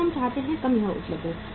कम हम चाहते हैं कम यह उपलब्ध है